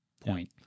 point